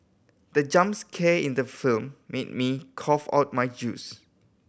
the jump scare in the film made me cough out my juice